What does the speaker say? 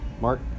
Mark